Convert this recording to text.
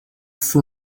for